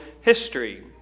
history